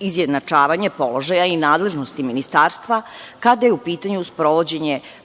izjednačavanje položaja i nadležnosti Ministarstva kada je u pitanju sprovođenje